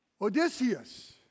Odysseus